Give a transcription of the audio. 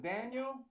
Daniel